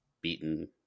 beaten